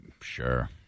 sure